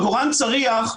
עגורן צריח,